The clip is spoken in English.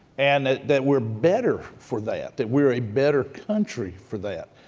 and that that we're better for that, that we're a better country for that.